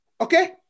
okay